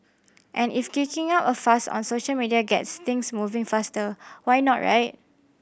and if kicking up a fuss on social media gets things moving faster why not right